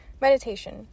Meditation